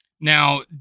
Now